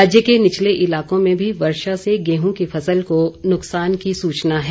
राज्य के निचले इलाकों में भी वर्षा से गेहूं की फसल को नुकसान की सूचना है